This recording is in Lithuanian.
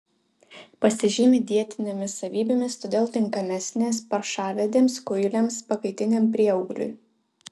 pasižymi dietinėmis savybėmis todėl tinkamesnės paršavedėms kuiliams pakaitiniam prieaugliui